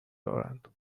دارند